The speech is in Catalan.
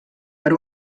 per